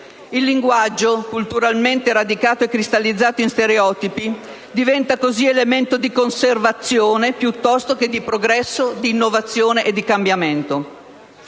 Il linguaggio, culturalmente radicato e cristallizzato in stereotipi, diventa così elemento di conservazione piuttosto che di progresso, di innovazione e di cambiamento.